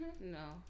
No